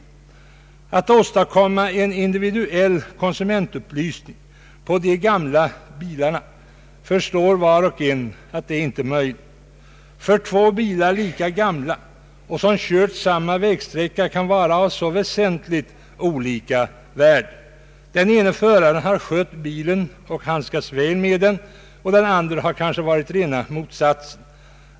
Var och en förstår att det inte är möjligt att åstadkomma en individuell konsumentupplysning i fråga om gamla bilar. Två bilar som är lika gamla och har körts samma vägsträcka kan vara av väsentligt olika värde. Den ene föraren har skött bilen och handskats väl med den, medan den andre föraren kanske har varit rena motsatsen.